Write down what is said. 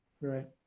right